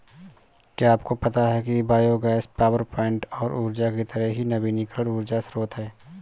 क्या आपको पता है कि बायोगैस पावरप्वाइंट सौर ऊर्जा की तरह ही नवीकरणीय ऊर्जा स्रोत है